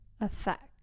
effect